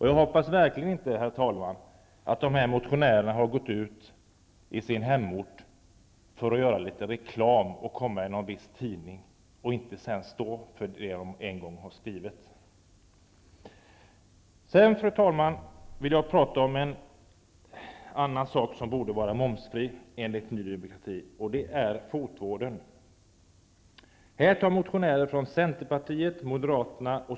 Jag hoppas vidare att de verkligen inte har gått ut i sin hemort i syfte att åstadkomma litet reklam och komma i viss tidning, för att därefter inte stå för det som de en gång har skrivit. Fru talman! Jag vill dessutom tala om något annat som borde vara fritt från moms enligt Ny demokratis mening, nämligen fotvården.